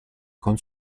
con